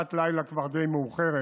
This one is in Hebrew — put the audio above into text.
שעת לילה כבר די מאוחרת,